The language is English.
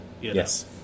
Yes